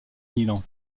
milan